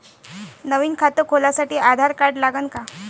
नवीन खात खोलासाठी आधार कार्ड लागन का?